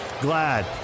Glad